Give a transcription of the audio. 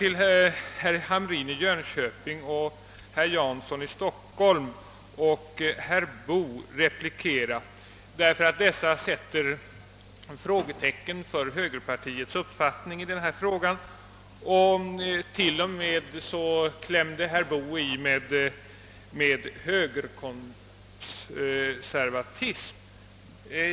Herr Hamrin i Jönköping, herr Jansson och herr Boo sätter ett frågetecken för högerpartiets uppfattning i denna fråga. Herr Boo klämde till och med i med ordet »högerkonservatism».